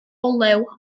olew